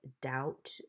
doubt